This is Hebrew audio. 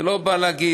זה לא בא להגיד.